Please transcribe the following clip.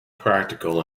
practical